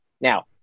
Now